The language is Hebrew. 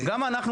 גם אנחנו,